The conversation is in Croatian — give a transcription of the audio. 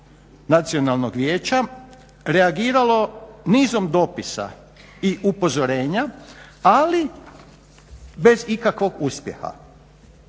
nacionalnog vijeća reagiralo nizom dopisa i upozorenja ali bez ikakvog uspjeha.